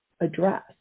address